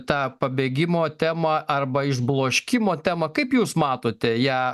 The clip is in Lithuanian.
tą pabėgimo temą arba išbloškimo temą kaip jūs matote ją